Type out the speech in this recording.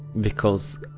because